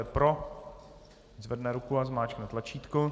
Kdo je pro, zvedne ruku a zmáčkne tlačítko.